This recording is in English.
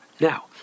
Now